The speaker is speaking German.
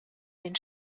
den